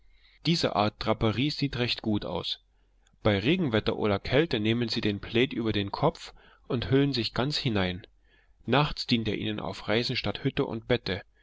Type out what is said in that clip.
diese art draperie sieht recht gut aus bei regenwetter oder kälte nehmen sie den plaid über den kopf und hüllen sich ganz hinein nachts dient er ihnen auf reisen statt hütte und bette